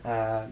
err